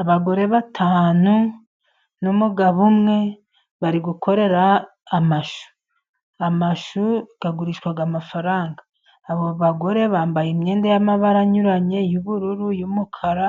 Abagore batanu n'umugabo umwe, bari gukorera amashu. Amashu agurishwa amafaranga. Abo bagore bambaye imyenda y'amabara anyuranye y'ubururu, y'umukara